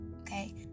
okay